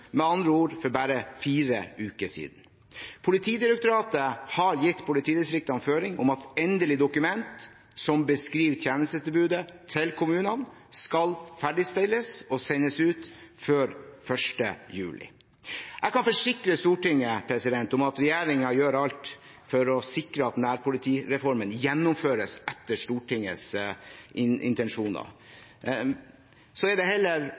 med andre ord for bare fire uker siden. Politidirektoratet har gitt politidistriktene føring om at endelig dokument som beskriver tjenestetilbudet til kommunene, skal ferdigstilles og sendes ut før 1. juli. Jeg kan forsikre Stortinget om at regjeringen gjør alt for å sikre at nærpolitireformen gjennomføres etter Stortingets intensjoner. Så er det